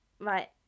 Right